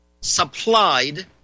supplied